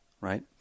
right